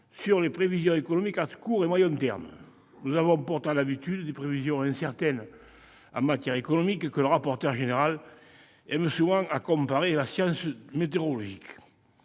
sur les prévisions économiques à court et moyen termes. Nous avons pourtant l'habitude des prévisions incertaines en matière économique, que le rapporteur général aime souvent à comparer à la science météorologique.